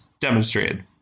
demonstrated